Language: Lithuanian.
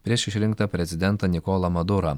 prieš išrinktą prezidentą nikolą madurą